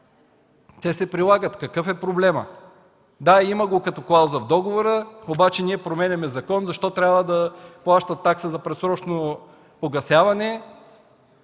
те се прилагат, какъв е проблемът? Да, има го като клауза в договора, обаче ние променяме закон. Защо трябва да плащат такси за предсрочно погасяване?